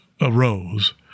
arose